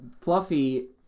Fluffy